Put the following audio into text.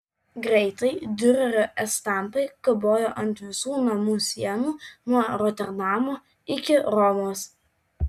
greitai diurerio estampai kabojo ant visų namų sienų nuo roterdamo iki romos